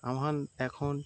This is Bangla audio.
আমহান এখন